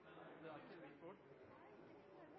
Det var ikke